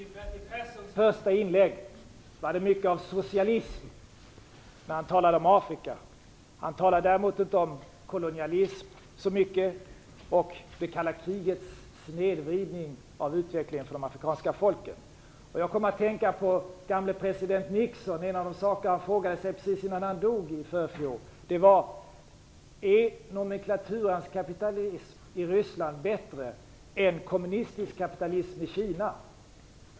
Fru talman! I Bertil Perssons första inlägg handlade det mycket om socialism när han talade om Afrika. Han talade däremot inte så mycket om kolonialism och det kalla krigets snedvridning av utvecklingen för de afrikanska folken. Jag kom att tänka på gamle president Nixon. En av de saker han frågade sig precis innan han dog i förfjol var om nomenklaturans kapitalism i Ryssland var bättre än kommunistisk kapitalism i Kina.